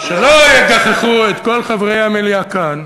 הצעה לסדר: שלא יגחכו את כל חברי המליאה כאן.